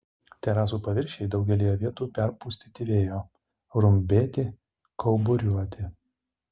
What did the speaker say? terasų paviršiai daugelyje vietų perpustyti vėjo rumbėti kauburiuoti